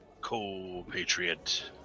co-patriot